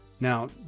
Now